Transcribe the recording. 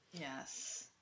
Yes